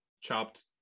chopped